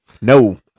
No